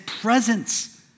presence